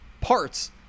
parts